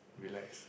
relax